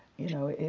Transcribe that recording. you know,